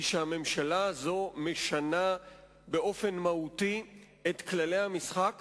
היא שהממשלה הזאת משנה באופן מהותי את כללי המשחק